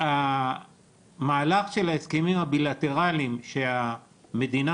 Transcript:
שהמהלך של ההסכמים הבילטראליים שהמדינה